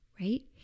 right